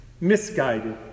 misguided